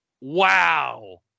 Wow